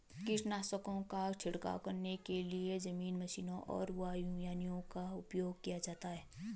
कीटनाशकों का छिड़काव करने के लिए जमीनी मशीनों और वायुयानों का उपयोग किया जाता है